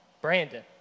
Brandon